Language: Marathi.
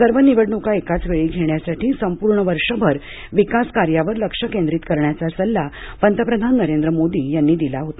सर्व निवडणुका एकाच वेळी घेण्यासाठी संपूर्ण वर्षभर विकास कार्यावर लक्ष केंद्रित करण्याचा सल्ला पंतप्रधान नरेंद्र मोदी यांनी दिला होता